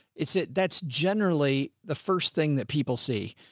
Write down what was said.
it's that? that's generally the first thing that people see.